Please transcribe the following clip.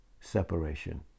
separation